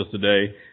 today